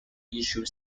issue